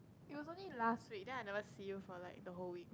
it was only last week then I never see you for like the whole week